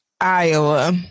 Iowa